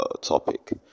topic